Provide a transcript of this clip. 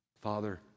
Father